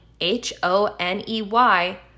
H-O-N-E-Y